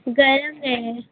गर्म रहें